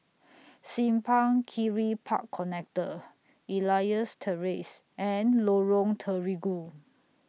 Simpang Kiri Park Connector Elias Terrace and Lorong Terigu